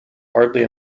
hardly